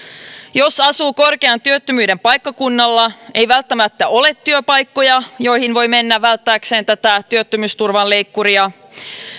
jos asuu korkean työttömyyden paikkakunnalla ei välttämättä ole työpaikkoja joihin voi mennä välttääkseen tätä työttömyysturvan leikkuria